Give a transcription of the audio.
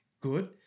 good